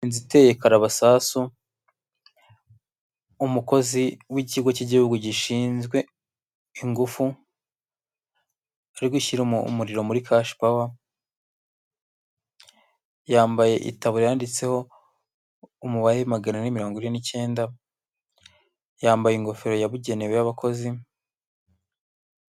Inzu iteye karabasasa, umukozi w'ikigo cy'igihugu gishinzwe ingufu ari gushyira umuriro muri kashi pawa, yambaye itaburiya yanditseho umubare magana ane mirongo ine n'icyenda, yambaye ingofero yabugenewe y'abakozi.